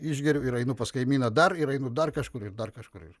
išgeriu ir einu pas kaimyną dar ir einu dar kažkur ir dar kažkur ir